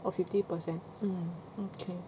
oh fifty percent mm mm K